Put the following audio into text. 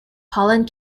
pollen